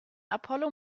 apollo